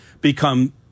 become